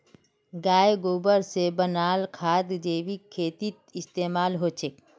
गायेर गोबर से बनाल खाद जैविक खेतीत इस्तेमाल होछे